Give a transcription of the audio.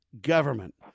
government